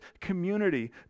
community